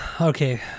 Okay